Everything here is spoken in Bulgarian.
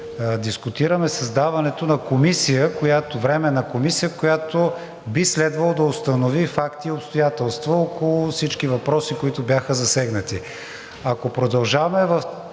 дискутираме създаването на Временна комисия, която би следвало да установи факти и обстоятелства около всички въпроси, които бяха засегнати.